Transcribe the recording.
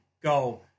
go